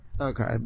Okay